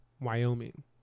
Wyoming